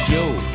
Joe